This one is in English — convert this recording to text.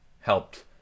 helped